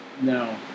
no